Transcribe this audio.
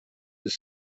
his